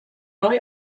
neu